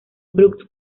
brooks